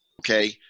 Okay